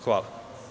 Hvala.